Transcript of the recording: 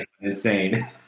insane